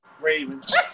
Ravens